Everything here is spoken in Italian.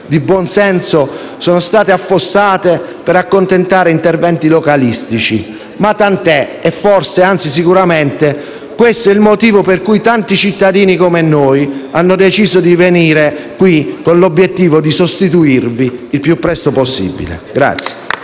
di buon senso sono state affossate per accontentare interventi localistici. Ma tant'è e forse, anzi sicuramente, questo è il motivo per cui tanti cittadini come noi hanno deciso di venire con l'obiettivo di sostituirvi il più presto possibile.